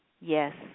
Yes